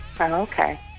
Okay